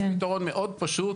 יש פתרון מאוד פשוט.